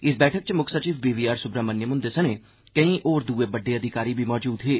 इस बैठक च मुक्ख सचिव बी वी आर सुब्रामन्यम हंदे सनें कें होर दूये बड्डे अधिकारी बी मौजूद हे